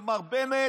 ומר בנט